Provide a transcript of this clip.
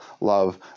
love